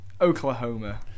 Oklahoma